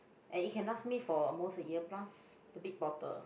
and it can last me for most the year plus the big bottle